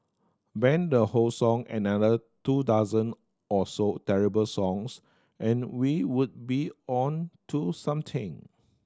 ban the whole song and another two dozen or so terrible songs and we would be on to something